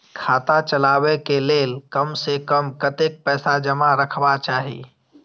खाता चलावै कै लैल कम से कम कतेक पैसा जमा रखवा चाहि